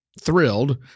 thrilled